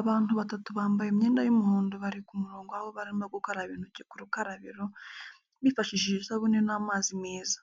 Abantu batatu bambaye imyenda y'umuhondo bari ku murongo aho barimo gukaraba intoki ku bukarabiro, bifashishije isabune n'amazi meza.